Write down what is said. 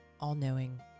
all-knowing